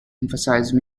emphasize